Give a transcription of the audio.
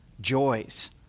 joys